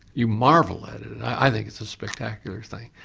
you marvel at it, i think it's a spectacular thing.